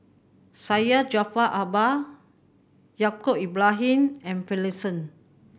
Syed Jaafar Albar Yaacob Ibrahim and Finlayson